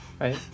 Right